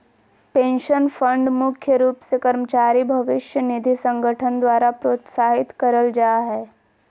pension fund मुख्य रूप से कर्मचारी भविष्य निधि संगठन द्वारा प्रोत्साहित करल जा हय